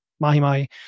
mahi-mahi